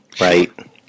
Right